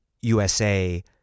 USA